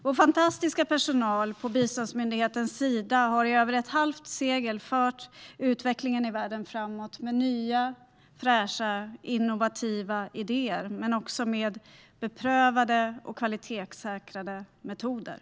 Vår fantastiska personal på biståndsmyndigheten Sida har i över ett halvt sekel fört utvecklingen i världen framåt med nya, fräscha och innovativa idéer men också med beprövade och kvalitetssäkrade metoder.